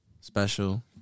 Special